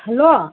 hello